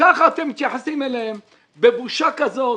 וככה אתם מתייחסים אליהם בבושה כזאת.